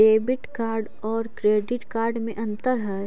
Debit card और credit card में अन्तर है?